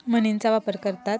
म्हणींचा वापर करतात